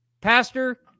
Pastor